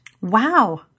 Wow